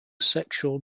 sexual